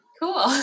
Cool